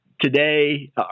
today